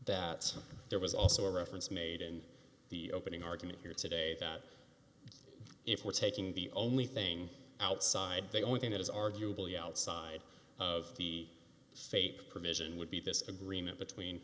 that there was also a reference made in the opening argument here today that if we're taking the only thing outside the only thing that is arguably outside of the faith provision would be this agreement between